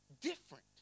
different